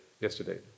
yesterday